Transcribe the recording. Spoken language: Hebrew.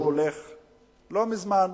לא מזמן